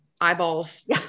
eyeballs